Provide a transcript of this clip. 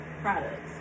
products